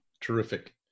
Terrific